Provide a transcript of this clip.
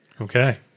Okay